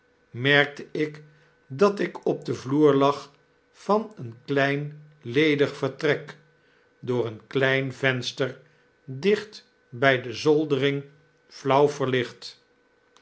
opsloeg merkteik dat ik op den vloer lag van een klein ledig vertrek door een klein venster dicht bfl de zoldering flauw verlicht